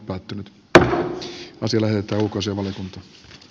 käsittelyn pohjana on sillä että kosovon